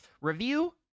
Review